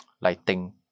lighting